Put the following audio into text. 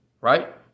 right